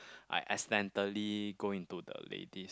I accidentally go into the ladies